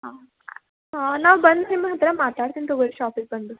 ಹಾಂ ಹಾಂ ನಾವು ಬಂದು ನಿಮ್ಮ ಹತ್ತಿರ ಮಾತಾಡ್ತೀನಿ ತೊಗೊಳಿ ಷಾಪಿಗೆ ಬಂದು